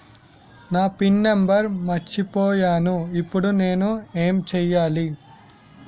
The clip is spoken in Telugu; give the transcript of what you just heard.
నా పిన్ నంబర్ మర్చిపోయాను ఇప్పుడు నేను ఎంచేయాలి?